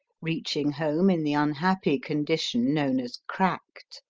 reaching home in the unhappy condition known as cracked.